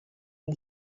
the